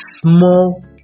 small